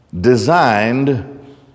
designed